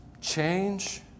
Change